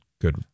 good